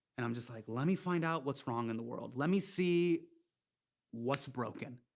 and i'm just like, let me find out what's wrong in the world. let me see what's broken.